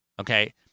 Okay